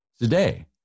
today